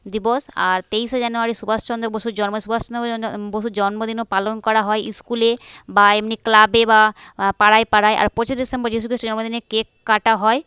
দিবস আর তেইশে জানুয়ারি সুভাষ চন্দ্র বসুর জন্ম সুভাষ চন্দ্র বসুর জন্মদিনও পালন করা হয় স্কুলে বা এমনি ক্লাবে বা পাড়ায় পাড়ায় আর পঁচিশে ডিসেম্বর যীশু খ্রিষ্টের জন্মদিনে কেক কাটা হয়